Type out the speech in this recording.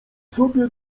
sobie